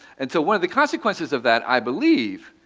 and so one of the consequences of that, i believe,